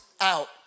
out